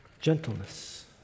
Gentleness